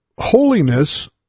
Holiness